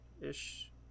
ish